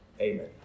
Amen